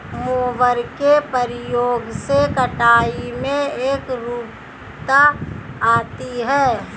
mower के प्रयोग से कटाई में एकरूपता आती है